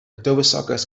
dywysoges